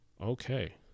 okay